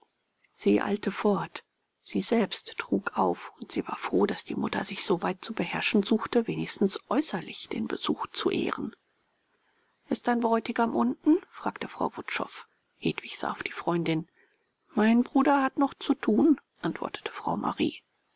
sie eilte fort sie selbst trug auf und sie war froh daß die mutter sich so weit zu beherrschen suchte wenigstens äußerlich den besuch zu ehren ist dein bräutigam unten fragte frau wutschow hedwig sah auf die freundin mein bruder hat noch zu tun antwortete frau marie